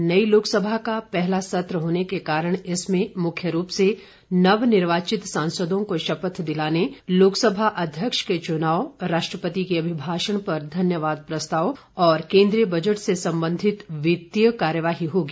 नई लोकसभा का पहला सत्र होने के कारण इसमें मुख्य रूप से नवनिर्वाचित सांसदों को शपथ दिलाने लोकसभा अध्यक्ष के चुनाव राष्ट्रपति के अभिभाषण पर धन्यवाद प्रस्ताव और केन्द्रीय बजट से संबंधित वित्तीय कार्यवाही होगी